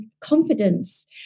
confidence